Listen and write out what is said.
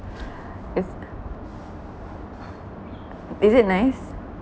is is it nice